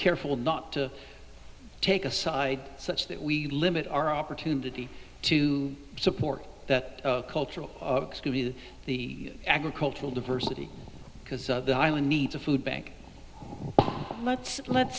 careful not to take a side such that we limit our opportunity to support that cultural view the agricultural diversity because the island needs a food bank let's let's